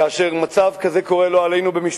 כאשר מצב כזה קורה במשפחה,